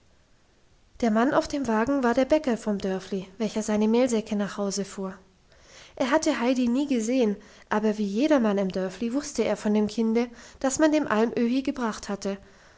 der mann auf dem wagen war der bäcker vom dörfli welcher seine mehlsäcke nach hause fuhr er hatte heidi nie gesehen aber wie jedermann im dörfli wusste er von dem kinde das man dem alm öhi gebracht hatte